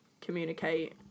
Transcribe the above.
communicate